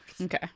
Okay